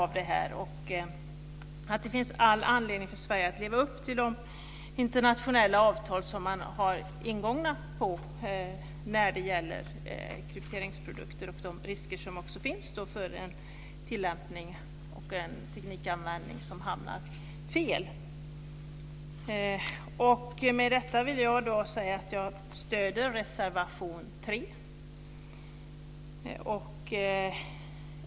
Vi tycker att det finns all anledning för Sverige att leva upp till de internationella avtal som har ingåtts när det gäller krypteringsprodukter med tanke på de risker som finns för felaktig tillämpning och teknikanvändning. Med detta vill jag säga att jag stöder reservation 3.